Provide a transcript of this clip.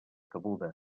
cabuda